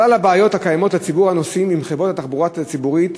מכלל הבעיות הקיימות לציבור הנוסעים עם חברות התחבורה הציבורית,